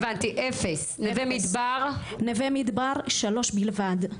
נווה מדבר - 3 בלבד.